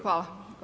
Hvala.